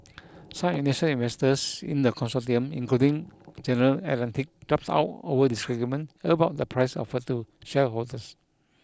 some initial investors in the consortium including General Atlantic dropped out over disagreement about the price offered to shareholders